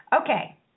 Okay